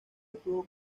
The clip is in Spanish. estuvo